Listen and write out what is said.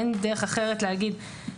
אין דרך אחרת להגיד.